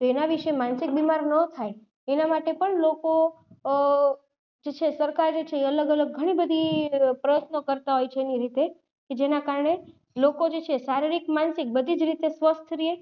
તેના વિશે માનસિક બીમાર ન થાય તેના માટે પણ લોકો જે છે સરકાર જે છે એ અલગ અલગ ઘણીબધી પ્રયત્નો કરતાં હોય છે એની રીતે કે જેનાં કારણે લોકો જે છે શારીરિક માનસિક બધી જ રીતે સ્વસ્થ રહે